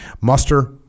Muster